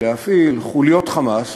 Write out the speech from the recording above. להפעיל חוליות "חמאס",